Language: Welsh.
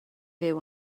fyw